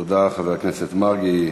תודה, חבר הכנסת מרגי.